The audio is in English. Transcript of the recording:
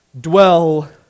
dwell